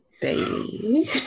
baby